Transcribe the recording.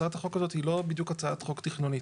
הצעת החוק הזאת היא לא בדיוק הצעת חוק תכנונית.